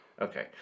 Okay